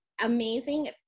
amazing